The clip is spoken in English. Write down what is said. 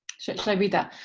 shall i read that?